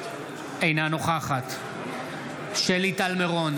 אינה נוכחת שלי טל מירון,